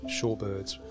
shorebirds